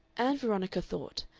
ann veronica thought,